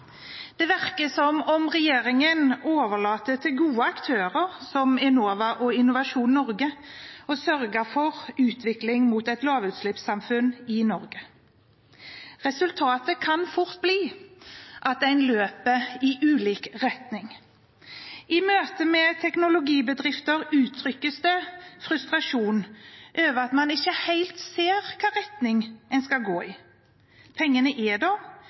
Det virker som om regjeringen overlater til gode aktører som Enova og Innovasjon Norge å sørge for utvikling mot et lavutslippssamfunn i Norge. Resultatet kan fort bli at en løper i ulik retning. I møte med teknologibedrifter uttrykkes det frustrasjon over at man ikke helt ser i hvilken retning en skal gå. Pengene er der,